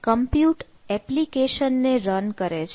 compute application ને run કરે છે